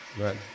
Right